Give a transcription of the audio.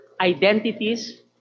identities